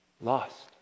lost